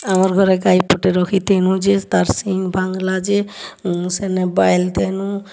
ଆମର୍ ଘରେ ଗାଈ ପଟେ ରଖିଥିଲୁଁ ଯେ ତା'ର୍ ଶିଙ୍ଗ୍ ଭାଙ୍ଗଲା ଯେ ସେନେ ବାଏଲ୍ ଦେଲୁଁ